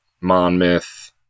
Monmouth